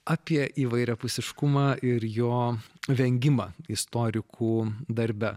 apie įvairiapusiškumą ir jo vengimą istorikų darbe